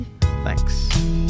Thanks